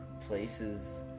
places